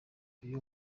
uyu